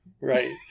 right